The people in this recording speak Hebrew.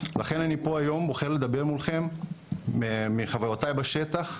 לכן אני פה היום בוחר לדבר מולכם מחוויותיי בשטח,